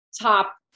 top